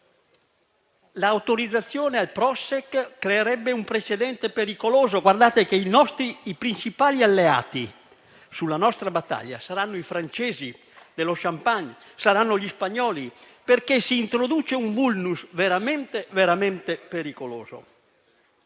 L'autorizzazione al Prošek creerebbe un precedente pericoloso: considerate che i nostri principali alleati in questa battaglia saranno i francesi dello Champagne e gli spagnoli, perché si introduce un *vulnus* veramente pericoloso.